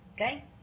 Okay